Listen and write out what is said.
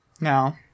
no